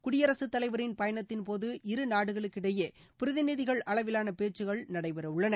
குடியரசுத் தலைவரின் பயணத்தின் போது இருநாடுகளுக்கிடையே பிரதிநிதிகள் அளவிலான பேச்சுகள் நடைபெறவுள்ளது